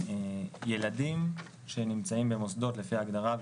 ילדים שנמצאים במוסדות לפי ההגדרה,